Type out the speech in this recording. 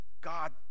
God